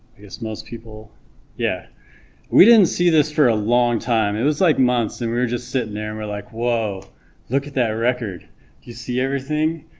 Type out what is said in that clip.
i guess most people yeah we didn't see this for a long time it was like months and we were just sitting there and we're like whoa look at that record you see everything,